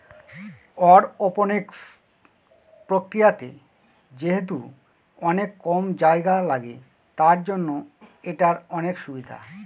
aeroponics প্রক্রিয়াতে যেহেতু অনেক কম জায়গা লাগে, তার জন্য এটার অনেক সুবিধা